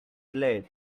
late